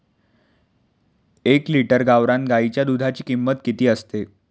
एक लिटर गावरान गाईच्या दुधाची किंमत किती असते?